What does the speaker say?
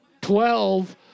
Twelve